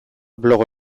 blog